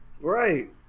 Right